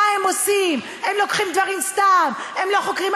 אנחנו צריכים, היום התחלתם את זה גם על